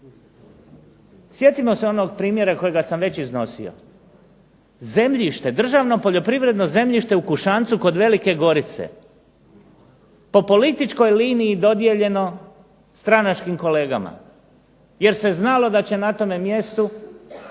Sjetimo se onog primjera kojega sam već iznosio, zemljište, državno poljoprivredno zemljište u Kušancu kod Velike Gorice po političkoj liniji dodijeljeno stranačkim kolegama, jer se znalo da će na tome mjestu,